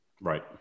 Right